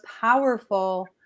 powerful